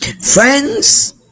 Friends